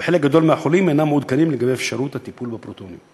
וחלק גדול מהחולים אינם מעודכנים לגבי אפשרות הטיפול בפרוטונים.